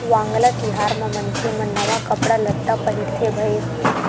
वांगला तिहार म मनखे मन नवा कपड़ा लत्ता पहिरथे भईर